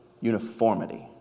uniformity